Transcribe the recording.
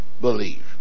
believe